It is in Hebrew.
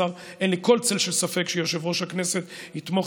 אין לי כל צל של ספק שיושב-ראש הכנסת יתמוך